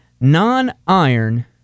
non-iron